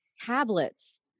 tablets